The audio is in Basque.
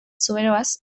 zubereraz